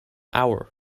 hour